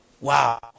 Wow